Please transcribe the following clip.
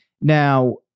Now